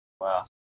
Wow